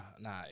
Nah